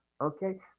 Okay